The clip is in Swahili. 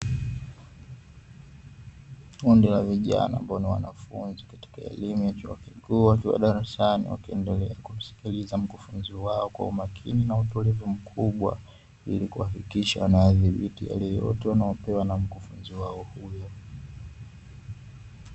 Kundi la vijana ambao ni wanafunzi katika elimu ya chuo kikuu wakiwa darasani wakiendelea kumsikiliza mkufunzi wao kwa umakini na utulivu mkubwa, ili kuhakikisha wanayadhibiti yale yote wanayopewa na mkufunzi wao huyo.